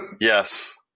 Yes